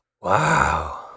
wow